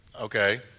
Okay